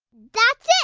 that's it.